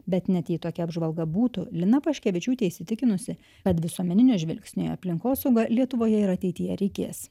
bet net jei tokia apžvalga būtų lina paškevičiūtė įsitikinusi kad visuomeninio žvilgsnio į aplinkosaugą lietuvoje ir ateityje reikės